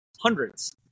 hundreds